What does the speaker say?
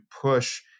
push